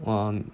um